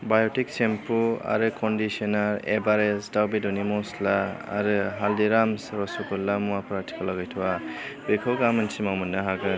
बाय'टिक shampoo आरो conditioner Everest दाउ बेदरनि मस्ला आरो हालदिराम्स रसगुल्ला मुवाफोरा आथिखालाव गैथ'वा बेखौ गामोनसिमाव मोन्नो हागोन